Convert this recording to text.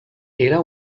era